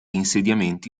insediamenti